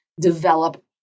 develop